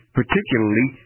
particularly